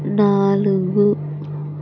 నాలుగు